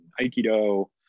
Aikido